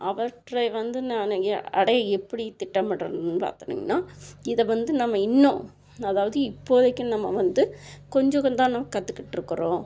அவற்றை வந்து நானுங்க அடைய எப்படி திட்டமிடறனுன்னு பார்த்திங்கன்னா இதை வந்து நம்ம இன்னும் அதாவது இப்போதைக்கு நம்ம வந்து கொஞ்சம் கொஞ்சம்தான கற்றுக்கிட்ருக்குறோம்